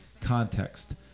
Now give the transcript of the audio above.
context